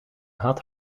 had